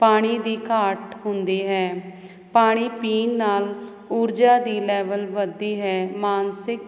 ਪਾਣੀ ਦੀ ਘਾਟ ਹੁੰਦੀ ਹੈ ਪਾਣੀ ਪੀਣ ਨਾਲ ਊਰਜਾ ਦੀ ਲੈਵਲ ਵਧਦੀ ਹੈ ਮਾਨਸਿਕ ਚੁਸਤਤਾ